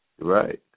Right